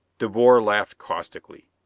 de boer laughed caustically.